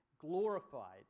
glorified